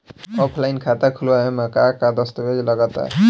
Offline खाता खुलावे म का का दस्तावेज लगा ता?